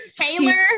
Taylor